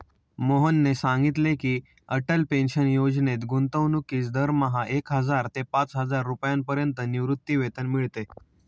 मोहनने सांगितले की, अटल पेन्शन योजनेत गुंतवणूकीस दरमहा एक हजार ते पाचहजार रुपयांपर्यंत निवृत्तीवेतन मिळते